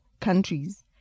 countries